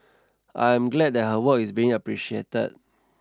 I am glad that her work is being appreciated